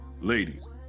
Ladies